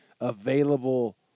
available